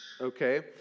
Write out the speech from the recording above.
okay